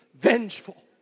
vengeful